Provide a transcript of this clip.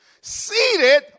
seated